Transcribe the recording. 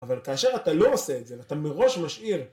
אבל כאשר אתה לא עושה את זה ואתה מראש משאיר